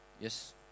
Yes